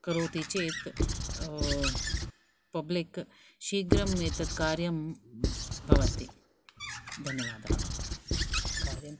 करोति चेत् पब्लिक् शीघ्रम् एतत् कार्यं भवन्ति धन्यवादाः कार्यम्